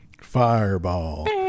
Fireball